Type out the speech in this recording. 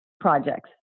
projects